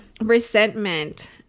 resentment